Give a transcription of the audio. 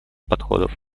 подходов